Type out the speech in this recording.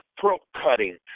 throat-cutting